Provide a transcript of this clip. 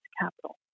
capital